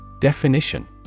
Definition